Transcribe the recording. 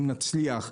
אם נצליח,